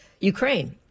Ukraine